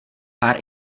pár